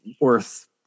worth